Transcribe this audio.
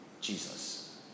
Jesus